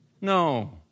No